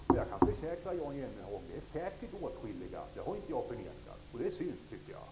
Det är säkert åtskilliga, och det är synd. Det har jag inte förnekat.